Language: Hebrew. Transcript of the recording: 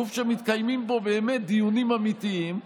גוף שמתקיימים בו באמת דיונים אמיתיים,